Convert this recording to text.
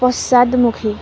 পশ্চাদমুখী